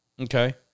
Okay